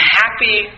happy